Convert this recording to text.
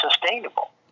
sustainable